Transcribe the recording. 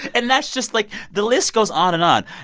and that's just, like the list goes on and on.